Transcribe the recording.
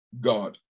God